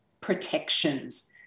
protections